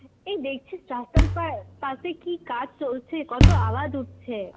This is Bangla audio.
এই দেখছি পার্কে কী কাজ চলছে কত আওয়াজ হচ্ছে